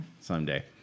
Someday